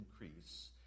increase